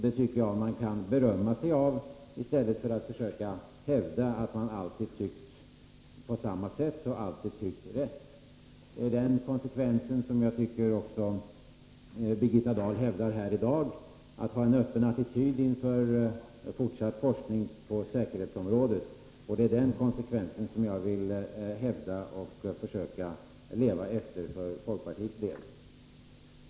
Det tycker jag att man kan berömma sig av i stället för att försöka hävda att man alltid har tyckt på samma sätt och att man alltid tyckt rätt. Den konsekvens som också Birgitta Dahl hävdar här i dag, att man skall ha en öppen attityd till fortsatt forskning på säkerhetsområdet, vill vi i folkpartiet hävda och försöka leva efter.